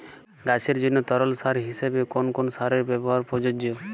গাছের জন্য তরল সার হিসেবে কোন কোন সারের ব্যাবহার প্রযোজ্য?